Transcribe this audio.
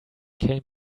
came